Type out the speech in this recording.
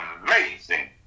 amazing